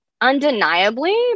undeniably